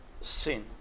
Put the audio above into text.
sin